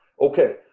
Okay